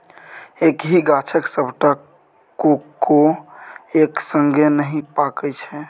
एक्कहि गाछक सबटा कोको एक संगे नहि पाकय छै